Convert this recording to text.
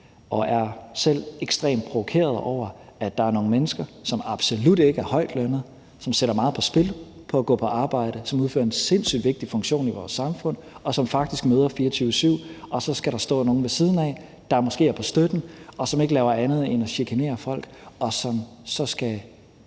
jeg er selv ekstremt provokeret over, at der er nogle mennesker, der absolut ikke er højtlønnet, som sætter meget på spil ved at gå på arbejde. De udfører en sindssyg vigtig funktion i vores samfund og møder faktisk 24-7, og så skal der stå nogen ved siden af, der måske er på støtten, og som ikke laver andet end at chikanere folk og så skal